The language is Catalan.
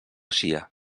sia